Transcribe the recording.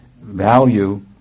value